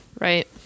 Right